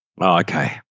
Okay